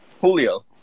Julio